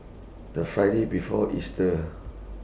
The Friday before Easter